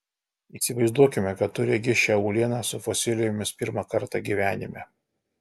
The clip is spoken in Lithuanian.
įsivaizduokime kad tu regi šią uolieną su fosilijomis pirmą kartą gyvenime